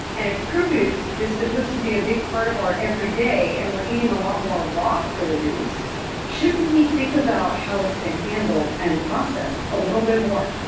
and if produce is supposed to be a big part of our every day and we're eating a lot more raw produce shouldn't we think about how it's been handled and processed a little bit more?